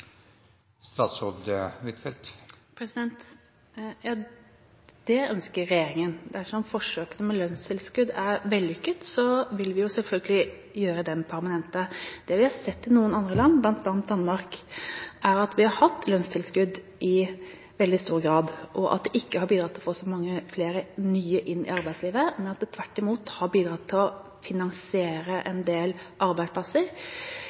Det ønsker regjeringen. Dersom forsøkene med lønnstilskudd er vellykkede, vil vi selvfølgelig gjøre dem permanente. Det vi har sett i noen andre land, bl.a. Danmark, er at de har hatt lønnstilskudd i veldig stor grad, og at det ikke har bidratt til å få så mange flere nye inn i arbeidslivet, men at det tvert imot har bidratt til å finansiere en del eksisterende arbeidsplasser